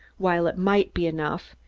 while it might be enough,